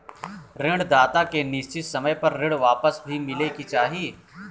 ऋण दाता के निश्चित समय पर ऋण वापस भी मिले के चाही